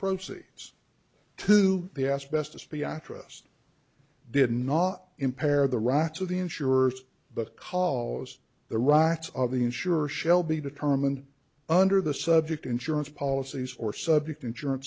proceeds to the asbestos b i trust did not impair the rots of the insurers but call's the rights of the insurer shelby determine under the subject insurance policies or subject insurance